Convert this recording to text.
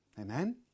Amen